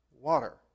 water